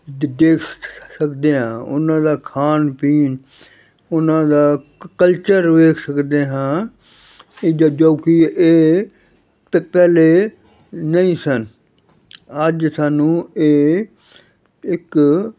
ਦ ਦੇਖ ਸਕਦੇ ਹਾਂ ਉਹਨਾਂ ਦਾ ਖਾਣ ਪੀਣ ਉਹਨਾਂ ਦਾ ਕਲਚਰ ਵੇਖ ਸਕਦੇ ਹਾਂ ਇਹ ਜੋ ਕਿ ਇਹ ਤਾਂ ਪਹਿਲਾਂ ਨਹੀਂ ਸਨ ਅੱਜ ਸਾਨੂੰ ਇਹ ਇੱਕ